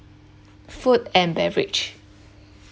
food and beverage